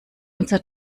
unser